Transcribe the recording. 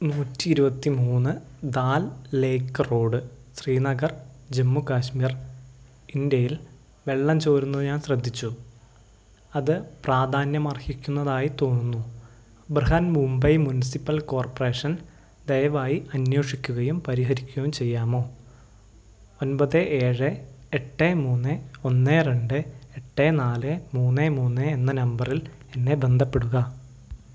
നൂറ്റി ഇരുപത്തി മൂന്ന് ദാൽ ലേക്ക് റോഡ് ശ്രീനഗർ ജമ്മു കാശ്മീർ ഇൻഡ്യയിൽ വെള്ളം ചോരുന്നത് ഞാൻ ശ്രദ്ധിച്ചു അത് പ്രാധാന്യമർഹിക്കുന്നതായി തോന്നുന്നു ബ്രിഹൻ മുംബൈ മുനിസിപ്പൽ കോർപ്പറേഷൻ ദയവായി അന്വേഷിക്കുകയും പരിഹരിക്കുകയും ചെയ്യാമോ ഒമ്പത് ഏഴ് എട്ട് മൂന്ന് ഒന്ന് രണ്ട് എട്ട് നാല് മൂന്ന് മൂന്ന് എന്ന നമ്പറിൽ എന്നെ ബന്ധപ്പെടുക